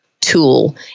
tool